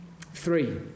Three